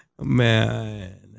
Man